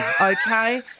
okay